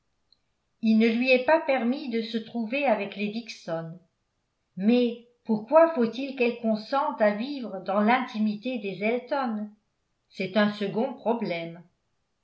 il ne lui est pas permis de se trouver avec les dixon mais pourquoi faut-il qu'elle consente à vivre dans l'intimité des elton c'est un second problème